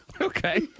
Okay